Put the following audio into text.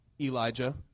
Elijah